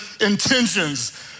intentions